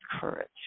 courage